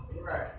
Right